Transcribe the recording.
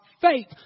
faith